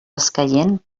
escaient